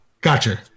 Gotcha